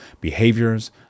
behaviors